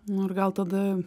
nu ir gal tada